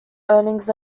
earnings